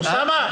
אוסאמה.